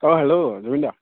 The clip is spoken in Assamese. অঁ হেল্ল' জুবিন দা